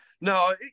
no